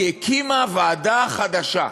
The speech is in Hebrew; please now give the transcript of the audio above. היא הקימה ועדה חדשה.